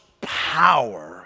power